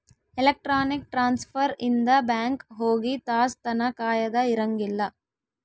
electronic transfer ಇಂದ bank ಹೋಗಿ ತಾಸ್ ತನ ಕಾಯದ ಇರಂಗಿಲ್ಲ